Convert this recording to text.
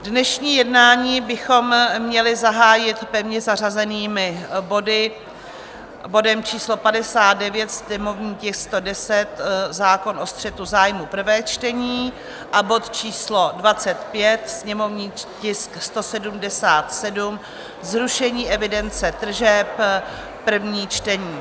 Dnešní jednání bychom měli zahájit pevně zařazenými body, bodem číslo 59, sněmovní tisk 110 zákon o střetu zájmů, prvé čtení, a bod číslo 25, sněmovní tisk 177 zrušení evidence tržeb, první čtení.